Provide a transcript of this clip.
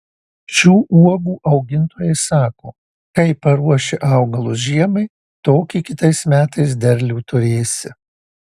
šių uogų augintojai sako kaip paruoši augalus žiemai tokį kitais metais derlių turėsi